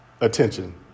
attention